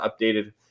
updated